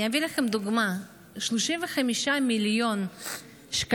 אני אביא לכם דוגמה: 35 מיליון שקלים